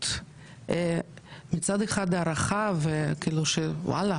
מצד אחד הערכה כאילו שוואללה,